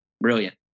brilliant